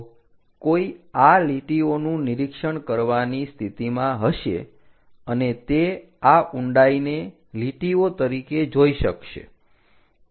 તો કોઈ આ લીટીઓનું નિરીક્ષણ કરવાની સ્થિતિમાં હશે અને તે આ ઊંડાઈને લીટીઓ તરીકે જોઈ શકશે